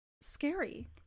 scary